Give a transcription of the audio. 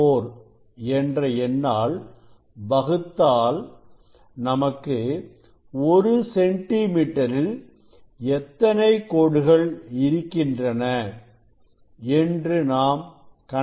54 என்ற என்னால் வகுத்தால் நமக்கு ஒரு சென்டி மீட்டரில் எத்தனை கோடுகள் இருக்கின்றன என்று நாம் கணக்கிட்டுக் கொள்ளலாம்